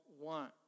want